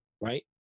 right